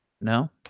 no